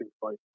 fight